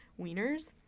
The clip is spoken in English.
wieners